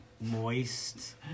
moist